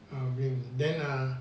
when then ah